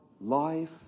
Life